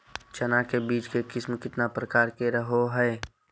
चना के बीज के किस्म कितना प्रकार के रहो हय?